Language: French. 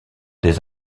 des